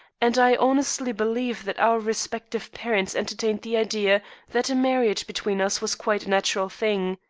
and i honestly believe that our respective parents entertained the idea that a marriage between us was quite a natural thing.